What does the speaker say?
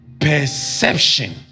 perception